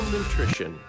Nutrition